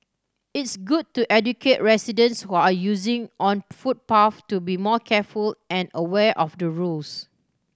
it's good to educate residents who are using on footpath to be more careful and aware of the rules